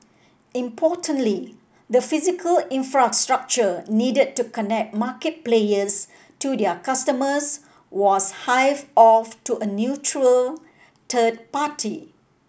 importantly the physical infrastructure needed to connect market players to their customers was hived off to a neutral third party